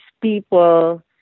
people